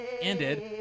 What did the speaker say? ended